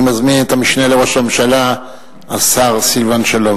אני מזמין את המשנה לראש הממשלה השר סילבן שלום.